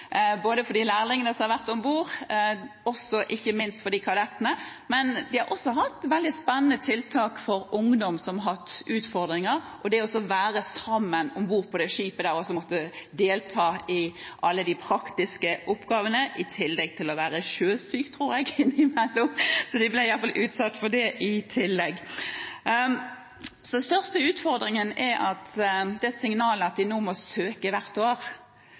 både for de lærlingene som har vært om bord, og også – og ikke minst – for kadettene. Men de har også hatt veldig spennende tiltak for ungdom som har hatt utfordringer, som er sammen om bord på skipet og må delta i alle de praktiske oppgavene – i tillegg til å være sjøsyk innimellom, tror jeg. De blir iallfall utsatt for det i tillegg. Den største utfordringen er det signalet at de nå må søke hvert år.